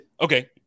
okay